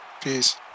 peace